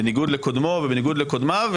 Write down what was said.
בניגוד לקודמו ובניגוד לקודמיו,